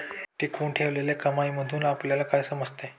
टिकवून ठेवलेल्या कमाईमधून आपल्याला काय समजते?